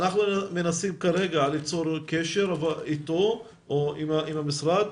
אנחנו מנסים כרגע ליצור קשר איתו או עם המשרד.